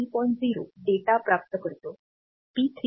0 data प्राप्त करतो P 3